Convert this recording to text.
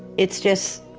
it's just,